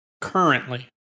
Currently